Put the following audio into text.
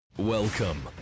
Welcome